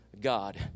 God